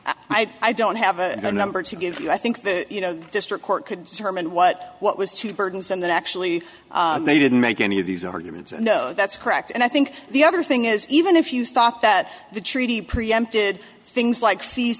know i don't have a number to give you i think that you know the district court could determine what what was too burdensome that actually they didn't make any of these arguments no that's correct and i think the other thing is even if you thought that the treaty preempted things like fees